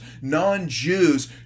non-Jews